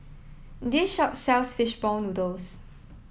this shop sells fish ball noodles